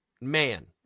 man